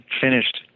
finished